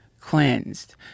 cleansed